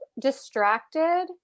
distracted